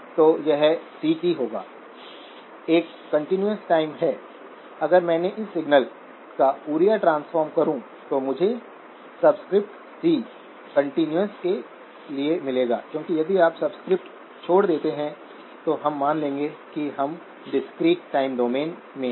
तो यह सीटी होगा एक कंटीन्यूअस टाइम है अगर मैंने इस सिग्नल का फूरियर ट्रांसफॉर्म करू तो मुझे सबस्क्रिप्ट सी कंटीन्यूअस के लिए मिलेगा क्योंकि यदि आप सबस्क्रिप्ट छोड़ देते हैं तो हम मान लेंगे कि हम डिस्क्रीट टाइम डोमेन में हैं